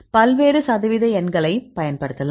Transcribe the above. பல்வேறு சதவீத எண்களை பயன்படுத்தலாம்